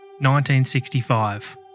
1965